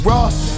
Ross